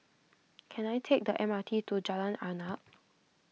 can I take the M R T to Jalan Arnap